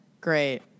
Great